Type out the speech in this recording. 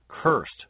Cursed